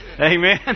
Amen